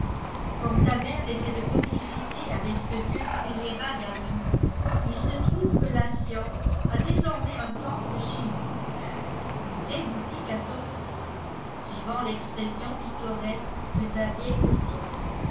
comme ta mère était de complicité avec ce vieux scélérat d'ami il se trouve que la science a désormais un temple chez nous une vraie boutique à sorcier suivant l'expression pittoresque de ta vieille gothon